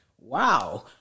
Wow